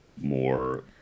more